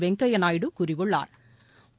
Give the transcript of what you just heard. வெங்கப்யாநாயுடு கூறியுள்ளாா்